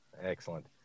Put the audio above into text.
Excellent